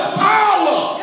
power